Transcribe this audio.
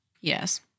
Yes